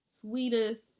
sweetest